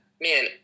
Man